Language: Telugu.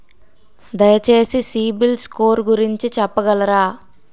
దయచేసి సిబిల్ స్కోర్ గురించి చెప్పగలరా?